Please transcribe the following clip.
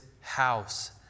house